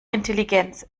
intelligenz